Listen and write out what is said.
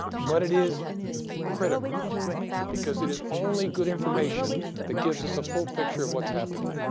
but it is critical because it is only good information that gives us a full picture of what's happening.